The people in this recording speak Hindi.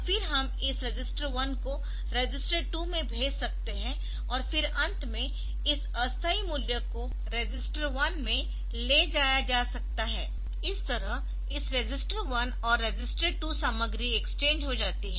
और फिर हम इस रजिस्टर 1 को रजिस्टर 2 में भेज सकते है और फिर अंत में इस अस्थायी मूल्य को रजिस्टर 1 में ले जाया जा सकता है इस तरह इस रजिस्टर 1 और रजिस्टर 2 सामग्री एक्सचेंज हो जाती है